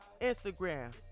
Instagram